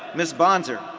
ms. bonzer,